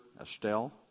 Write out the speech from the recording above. Estelle